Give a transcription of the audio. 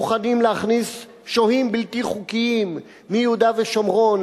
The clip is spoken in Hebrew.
מוכנים להכניס שוהים בלתי חוקיים מיהודה ושומרון,